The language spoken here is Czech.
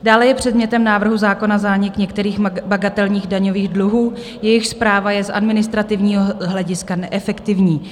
Dále je předmětem návrhu zákona zánik některých bagatelních daňových dluhů, jejichž správa je z administrativního hlediska neefektivní.